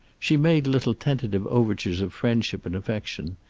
she made little tentative overtures of friendship and affection.